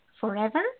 forever